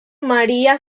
maria